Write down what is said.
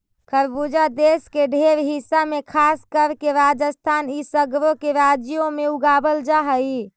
खरबूजा देश के ढेर हिस्सा में खासकर के राजस्थान इ सगरो के राज्यों में उगाबल जा हई